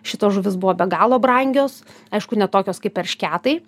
šitos žuvys buvo be galo brangios aišku ne tokios kaip eršketai